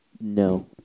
No